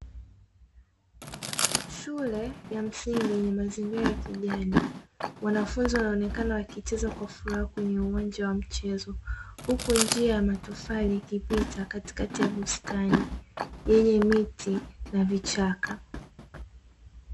Shule ya msingi yenye mazingira ya kijani. Wanafunzi wanaonekana wakicheza kwa furaha kwenye uwanja wa michezo. Huku njia ya matofali ikipita katikati ya bustani yenye miti na vichaka.